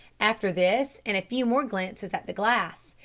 after this, and a few more glances at the glass,